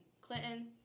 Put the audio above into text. Clinton